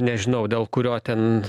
nežinau dėl kurio ten